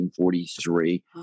1943